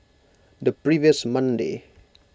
the previous Monday